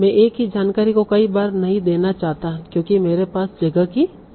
मैं एक ही जानकारी को कई बार नहीं देना चाहता क्योंकि मेरे पास जगह की कमी है